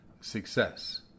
success